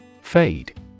Fade